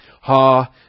Ha